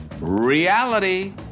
Reality